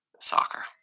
Soccer